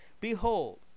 behold